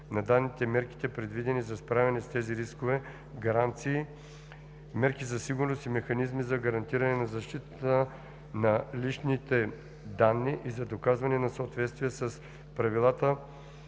на данните, мерките, предвидени за справяне с тези рискове, гаранции, мерки за сигурност и механизми за гарантиране на защитата на личните данни и за доказване на съответствие с правилата